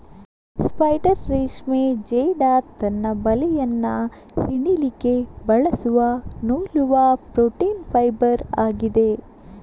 spider ರೇಷ್ಮೆ ಜೇಡ ತನ್ನ ಬಲೆಯನ್ನ ಹೆಣಿಲಿಕ್ಕೆ ಬಳಸುವ ನೂಲುವ ಪ್ರೋಟೀನ್ ಫೈಬರ್ ಆಗಿದೆ